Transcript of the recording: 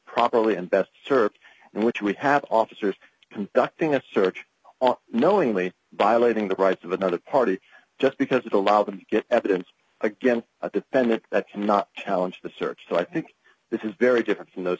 properly and best served which we have officers conducting a survey knowingly violating the rights of another party just because it allows them to give evidence against a defendant that's not challenge the search so i think this is very different from those